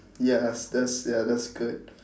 yes that's ya that's good